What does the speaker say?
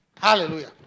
Hallelujah